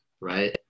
right